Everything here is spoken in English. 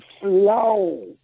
slow